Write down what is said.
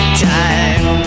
time